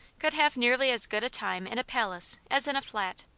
could have nearly as good a time in a palace as in a flat.